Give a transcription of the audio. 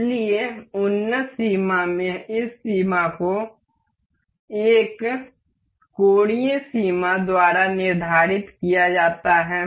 इसलिए उन्नत सीमा में इस सीमा को इस कोणीय सीमा द्वारा निर्धारित किया जाता है